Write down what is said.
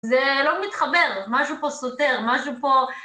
זה לא מתחבר, משהו פה סותר, משהו פה...